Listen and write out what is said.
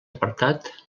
apartat